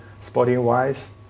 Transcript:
sporting-wise